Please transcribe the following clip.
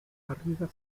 barriga